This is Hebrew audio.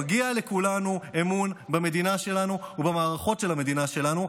מגיע לכולנו אמון במדינה שלנו ובמערכות של המדינה שלנו,